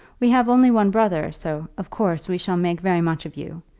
we have only one brother, so, of course, we shall make very much of you.